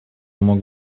мог